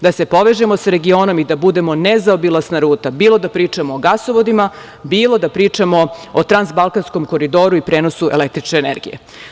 Da se povežemo sa regionom i da budemo nezaobilazna ruta, bilo da pričamo o gasovodima, bilo da pričamo o transbalkanskom koridoru i prenosu električne energije.